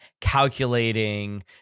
calculating